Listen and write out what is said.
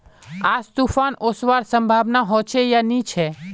आज तूफ़ान ओसवार संभावना होचे या नी छे?